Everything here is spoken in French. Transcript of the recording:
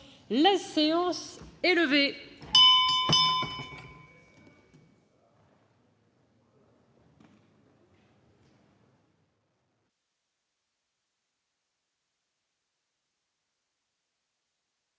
La séance est levée.